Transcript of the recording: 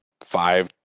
five